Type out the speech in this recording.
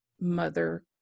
Mother